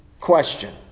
question